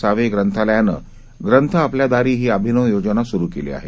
save ग्रंथालयानं ग्रंथ आपल्या दारी ही अभिनव योजना सुरु केली आहे